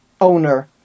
owner